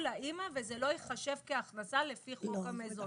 לאימא וזה לא ייחשב כהכנסה לפי חוק המזונות.